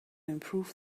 improve